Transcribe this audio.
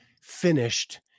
finished